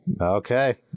Okay